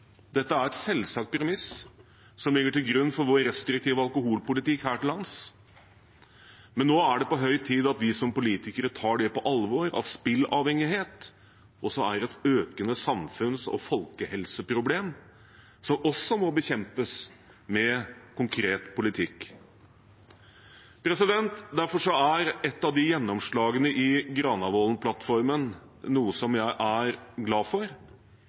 Dette er et selvsagt premiss som ligger til grunn for vår restriktive alkoholpolitikk her til lands, men nå er det på høy tid at vi politikere tar på alvor at spilleavhengighet er et økende samfunns- og folkehelseproblem som også må bekjempes med konkret politikk. Derfor er et av gjennomslagene i Granavolden-plattformen noe som jeg er glad for,